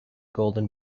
golden